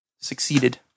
Succeeded